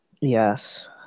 Yes